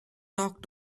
talk